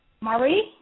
Marie